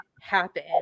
happen